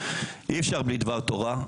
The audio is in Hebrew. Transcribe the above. אי אפשר בלי דבר תודה.